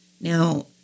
Now